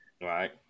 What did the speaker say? Right